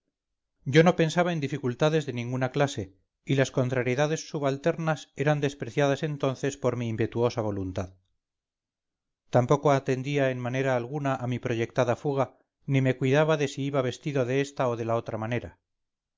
yo no pensaba en dificultades de ninguna clase y las contrariedades subalternas eran despreciadas entonces por mi impetuosa voluntad tampoco atendía en manera alguna a mi proyectada fuga ni me cuidaba de si iba vestidode esta o de la otra manera